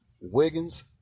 Wiggins